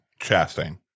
Chastain